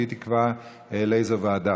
והיא תקבע לאיזו ועדה.